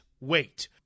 wait